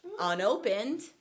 unopened